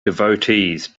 devotes